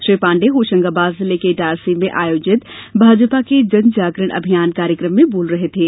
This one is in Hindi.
श्री पांडे होशंगाबाद जिले के इटारसी में आयोजित भाजपा के जन जागरण अभियान कार्यकम में बोल रहे थे